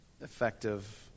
effective